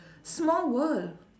small world